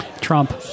Trump